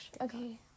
Okay